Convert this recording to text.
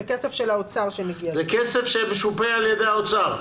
זה כסף של האוצר.